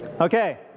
Okay